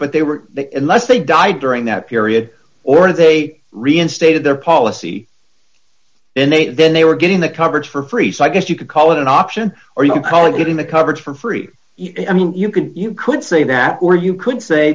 but they were that unless they died during that period or if they reinstated their policy and they then they were getting the coverage for free so i guess you could call it an option or you can call it getting the coverage for free i mean you could you could say that or you could say